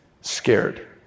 Scared